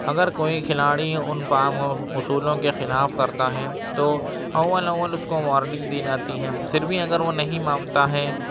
اگر کوئی کھلاڑی ان پا اصولوں کے خلاف کرتا ہے تو اول اول اس کو وارننگ دی جاتی ہے پھر بھی اگر وہ نہیں مانتا ہے